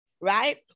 right